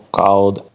called